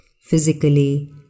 Physically